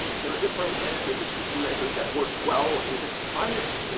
there are different energy efficiency measures that work well in different climates,